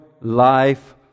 life